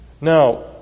Now